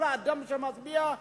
כל אדם שמצביע,